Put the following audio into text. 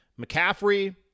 McCaffrey